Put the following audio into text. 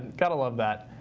gotta love that.